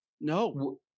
No